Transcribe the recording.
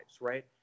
Right